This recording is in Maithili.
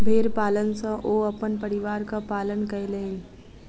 भेड़ पालन सॅ ओ अपन परिवारक पालन कयलैन